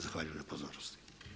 Zahvaljujem na pozornosti.